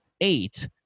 eight